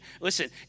listen